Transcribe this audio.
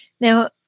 Now